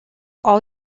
all